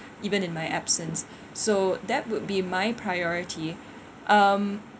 even in my absence so that would be my priority um